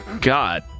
god